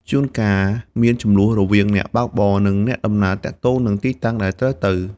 ជួនកាលមានជម្លោះរវាងអ្នកបើកបរ និងអ្នកដំណើរទាក់ទងនឹងទីតាំងដែលត្រូវទៅ។